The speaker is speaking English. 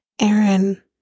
Aaron